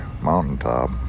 mountaintop